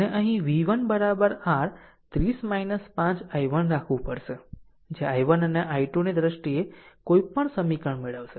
અને અહીં v1 r 30 5 i1 રાખવું પડશે જે i1 અને i2 ની દ્રષ્ટિએ કોઈપણ સમીકરણ મેળવશે